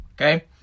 Okay